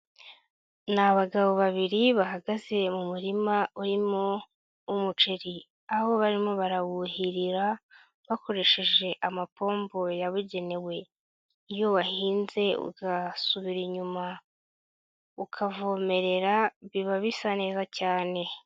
Ni abagabo babiri bahagaze mu murima urimo umuceri, aho barimo barawuhirira bakoresheje amapombo yabugenewe, iyo wahinze ugasubira inyuma ukavomerera biba bisa neza cyane.